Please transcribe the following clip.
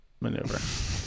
maneuver